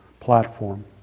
platform